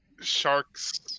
Sharks